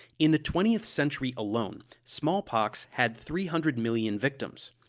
in the twentieth century alone, smallpox had three hundred million victims.